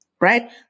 right